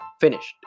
finished